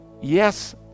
yes